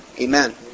Amen